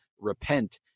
repent